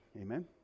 Amen